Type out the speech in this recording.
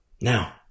Now